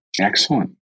Excellent